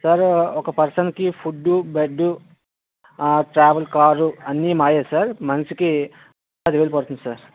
sir ఒక పర్సన్కి food bed travel car అన్నీ మావే సార్ మనిషికి పదివేలు పడుతుంది సార్